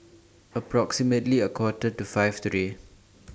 approximately A Quarter to five today